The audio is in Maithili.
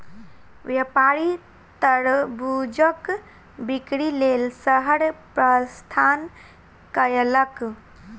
व्यापारी तरबूजक बिक्री लेल शहर प्रस्थान कयलक